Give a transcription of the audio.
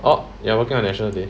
oh you are working on national day